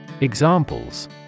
Examples